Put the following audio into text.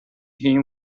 him